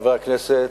חבר הכנסת,